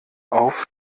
auf